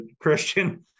Christian